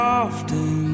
often